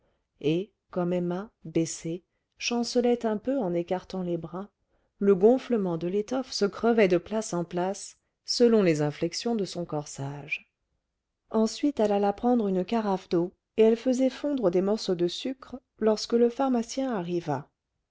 et comme emma baissée chancelait un peu en écartant les bras le gonflement de l'étoffe se crevait de place en place selon les inflexions de son corsage ensuite elle alla prendre une carafe d'eau et elle faisait fondre des morceaux de sucre lorsque le pharmacien arriva